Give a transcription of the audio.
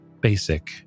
basic